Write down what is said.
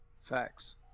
Facts